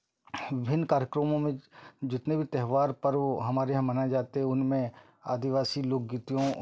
विभिन्न कार्यक्रमों में जितने भी त्यौहार पर्व हमारे यहाँ मनाए जाते उनमें आदिवासी लोक गीतियों